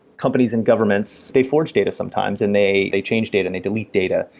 companies and governments they forge data sometimes and they they changed data and they delete data,